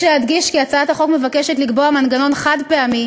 יש להדגיש כי הצעת החוק מבקשת לקבוע מנגנון חד-פעמי,